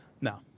Now